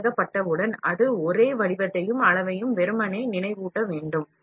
பொருள் வெளியேற்றப்பட்டதும் அது ஒரே வடிவமாகவும் அளவாகவும் இருக்க வேண்டும்